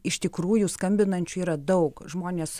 iš tikrųjų skambinančių yra daug žmonės